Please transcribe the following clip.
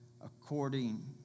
according